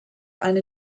eine